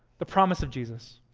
the promise of jesus.